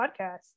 podcast